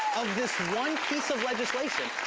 of this one piece of legislation.